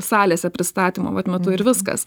salėse pristatymo metu ir viskas